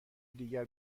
دیگر